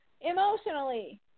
emotionally